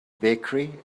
bakery